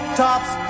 tops